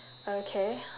okay